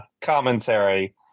commentary